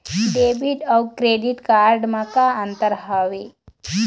Debit अऊ credit card म का अंतर होइस?